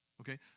Okay